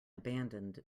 abandoned